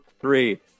three